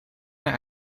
mijn